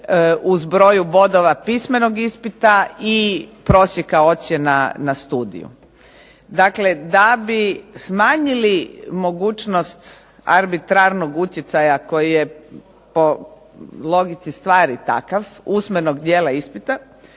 u zbroju bodova pismenog ispita i prosjeka ocjena na studiju. Dakle, da bi smanjili mogućnost arbitrarnog utjecaja koji je po logici stvari takav, usmenog dijela ispita